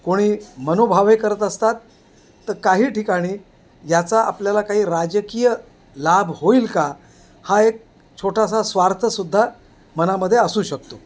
कोणी मनोभावे करत असतात तर काही ठिकाणी याचा आपल्याला काही राजकीय लाभ होईल का हा एक छोटासा स्वार्थसुद्धा मनामध्ये असू शकतो